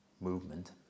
movement